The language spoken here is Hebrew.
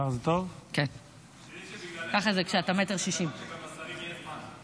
תראי שבגללך חושבים להכניס בתקנות שגם לשרים יהיה זמן.